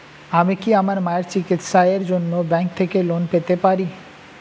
আমি কি আমার মায়ের চিকিত্সায়ের জন্য ব্যঙ্ক থেকে লোন পেতে পারি?